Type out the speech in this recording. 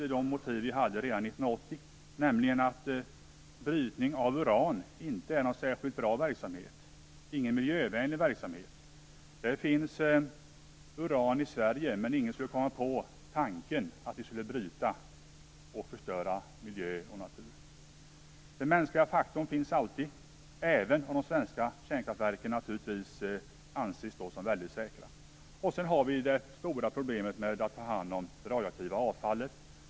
Ett motiv fanns redan 1980, nämligen att brytning av uran inte är någon miljövänlig verksamhet. Det finns uran i Sverige, men ingen skulle komma på tanken att vi skulle bryta det och förstöra miljö och natur. Den mänskliga faktorn finns alltid, även om de svenska kärnkraftverken anses vara väldigt säkra. Sedan har vi det stora problemet med att ta hand om det radioaktiva avfallet.